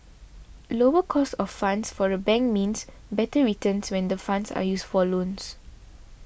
lower cost of funds for a bank means better returns when the funds are used for loans